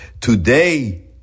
Today